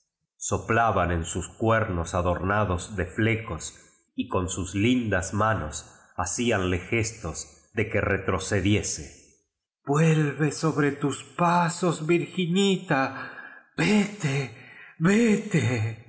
plaban en sus cuernos adornados de flecos y con sus lindas manos hacía ule gestos de que retrocediese vuelve sobre tus pasos virginita vete